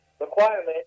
requirement